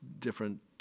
different